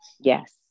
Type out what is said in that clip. yes